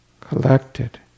collected